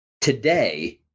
today